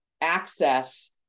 access